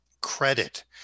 credit